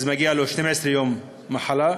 מגיעים לו 12 ימי מחלה,